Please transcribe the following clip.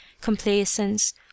complaisance